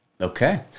Okay